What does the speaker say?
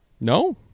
No